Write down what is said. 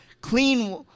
Clean